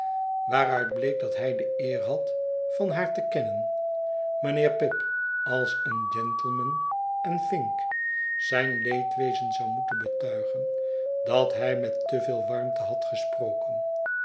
waaruit bleek dat hij de eer had van haar te kennen mijnheer pip als een gentleman en vink zijn leedwezen zou moeten betuigen dat hij met te veel warmte had gesproken